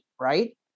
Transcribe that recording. right